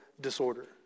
disorder